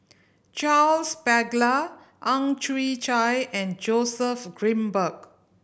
Charles Paglar Ang Chwee Chai and Joseph Grimberg